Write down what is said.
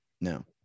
no